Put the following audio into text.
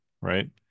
right